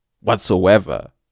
whatsoever